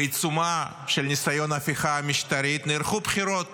בעיצומו של ניסיון ההפיכה המשטרית נערכו בחירות